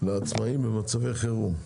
לעצמאיים במצבי חירום.